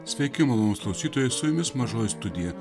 sveiki malonūs klausytojai su jumis mažoji studija